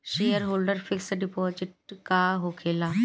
Shareholder fix deposit का होखे ला?